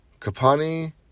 Capani